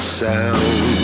sound